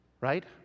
right